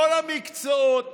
כל המקצועות,